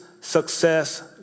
success